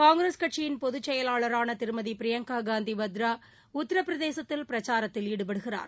காங்கிரஸ் கட்சியின் பொதுச் செயலாளரான திருமதி பிரியங்கா காந்தி வத்ரா உத்திரபிரதேசததில் பிரச்சாரத்தில் ஈடுபடுகிறார்